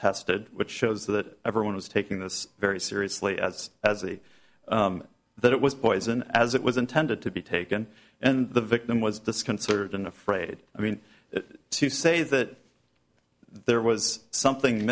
tested which shows that everyone is taking this very seriously as as a that it was poison as it was intended to be taken and the victim was disconcerting afraid i mean to say that there was something